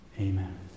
Amen